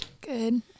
Good